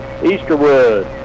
Easterwood